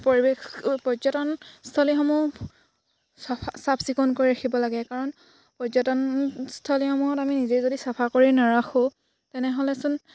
পৰিৱেশ পৰ্যটনস্থলীসমূহ চফা চাফ চিকুণ কৰি ৰাখিব লাগে কাৰণ পৰ্যটনস্থলীসমূহত আমি নিজে যদি চাফা কৰি নাৰাখোঁ তেনেহ'লেচোন